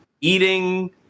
eating